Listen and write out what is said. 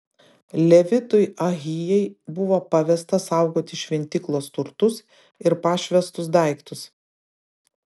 levitui ahijai buvo pavesta saugoti šventyklos turtus ir pašvęstus daiktus